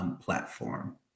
platform